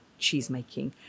cheesemaking